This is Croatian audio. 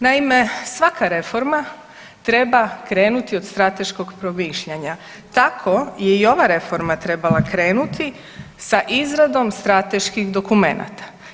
Naime, svaka reforma treba krenuti od strateškog promišljanja, tako je i ova reforma trebala krenuti sa izradom strateških dokumenata.